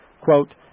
Quote